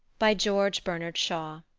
by george bernard shaw